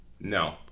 No